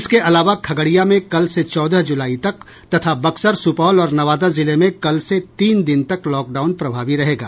इसके अलावा खगड़िया में कल से चौदह जुलाई तक तथा बक्सर सुपौल और नवादा जिले में कल से तीन दिन तक लॉकडाउन प्रभावी रहेगा